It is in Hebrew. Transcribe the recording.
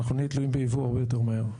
אנחנו נהיה תלויים ביבוא הרבה יותר מהר,